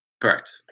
Correct